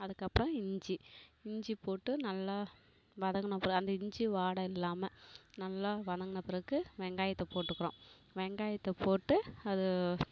அதுக்கு அப்புறம் இஞ்சி இஞ்சி போட்டு நல்லா வதங்கின பிறகு அந்த இஞ்சி வாடை இல்லாமல் நல்லா வதங்கின பிறகு வெங்காயத்தை போட்டுக்கிறோம் வெங்காயத்தை போட்டு அது